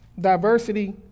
diversity